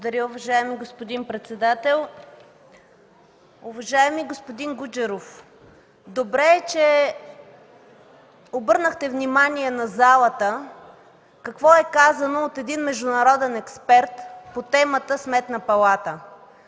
Благодаря, уважаеми господин председател. Уважаеми господин Гуджеров, добре е, че обърнахте внимание на залата какво е казано от един международен експерт по темата „Сметна палата”,